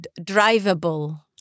drivable